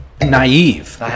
naive